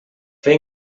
fer